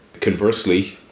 Conversely